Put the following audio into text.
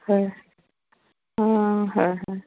হয় অঁ হয় হয়